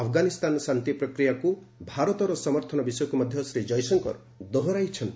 ଆଫଗାନିସ୍ତାନ ଶାନ୍ତି ପ୍ରକ୍ରିୟାକୁ ଭାରତର ସମର୍ଥନ ବିଷୟକୁ ମଧ୍ୟ ଶ୍ରୀ ଜୟଶଙ୍କର ଦୋହରାଇଛନ୍ତି